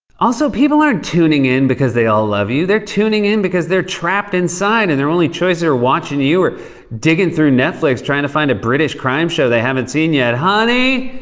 also, people aren't tuning in because they all love you. they're tuning in because they're trapped inside and their only choices are watching you or digging through netflix trying to find a british crime show they haven't seen yet. honey?